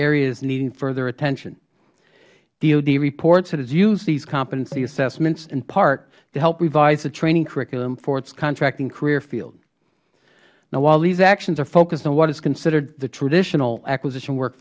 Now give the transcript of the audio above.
areas needing further attention dod reports that it has used these competency assessments in part to help revise the training curriculum for its contracting career field while these actions are focused on what is considered the traditional acquisition